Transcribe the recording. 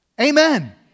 Amen